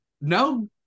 No